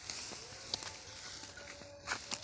ಪ್ರಧಾನ ಮಂತ್ರಿ ಜೇವನ ಜ್ಯೋತಿ ಭೇಮಾ, ವಿಮಾ ಯೋಜನೆ ಪ್ರೇಮಿಯಂ ಎಷ್ಟ್ರಿ?